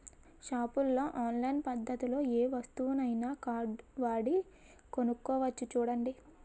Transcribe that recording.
షాపుల్లో ఆన్లైన్ పద్దతిలో ఏ వస్తువునైనా కార్డువాడి కొనుక్కోవచ్చు చూడండి